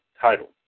title